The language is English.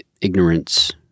ignorance